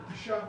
נטישה,